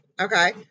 Okay